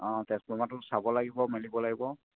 অঁ ট্ৰেঞ্চফৰ্মাৰটো চাব লাগিব মেলিব লাগিব